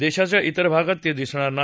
देशाच्या इतर भागात ते दिसणार नाही